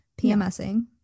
PMSing